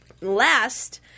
last